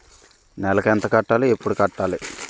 నెలకు ఎంత కట్టాలి? ఎప్పుడు కట్టాలి?